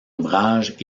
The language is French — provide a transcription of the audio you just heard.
ouvrage